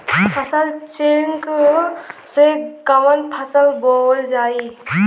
फसल चेकं से कवन फसल बोवल जाई?